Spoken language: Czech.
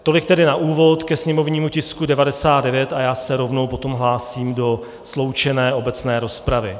Tolik tedy na úvod ke sněmovními tisku 99 a já se rovnou potom hlásím do sloučené obecné rozpravy.